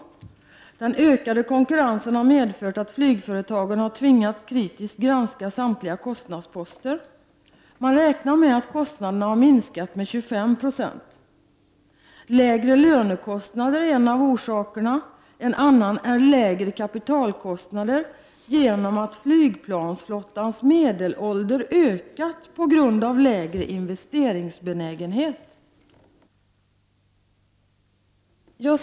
Vidare har den ökade konkurrensen medfört att flygföretagen har tvingats kritiskt granska samtliga kostnadsposter. Man räknar med att kostnaderna har minskat med 25 90. Lägre lönekostnader är en av orsakerna, en annan är lägre kapitalkostnader genom att flygplansflottans medelålder ökat på grund av lägre investeringsbenägenhet.